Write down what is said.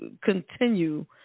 continue